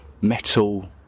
metal